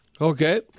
Okay